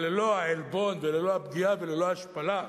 אבל ללא העלבון וללא הפגיעה וללא ההשפלה,